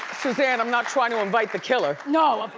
suzanne, i'm not trying to invite the killer. no,